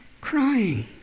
crying